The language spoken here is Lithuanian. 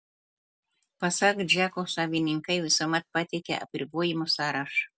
pasak džeko savininkai visuomet pateikia apribojimų sąrašą